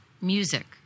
music